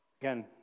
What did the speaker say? Again